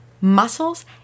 muscles